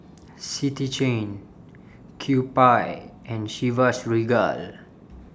City Chain Kewpie and Chivas Regal